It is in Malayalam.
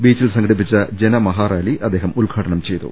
ബീച്ചിൽ സംഘടിപ്പിച്ച ജനമഹാ റാലി അദ്ദേഹം ഉദ്ഘാടനം ചെയ്തു